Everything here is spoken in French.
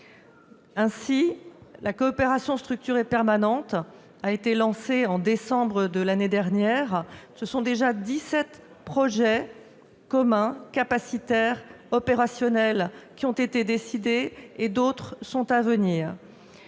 Ainsi, la coopération structurée permanente a été lancée en décembre de l'année dernière. Dix-sept projets communs, capacitaires et opérationnels, ont déjà été décidés et d'autres sont à venir.